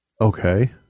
Okay